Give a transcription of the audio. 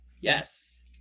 Yes